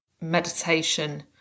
meditation